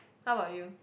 how about you